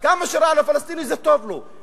כמה שרע לפלסטיני, זה טוב לו.